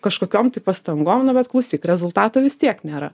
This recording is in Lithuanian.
kažkokiom tai pastangom nu bet klausyk rezultato vis tiek nėra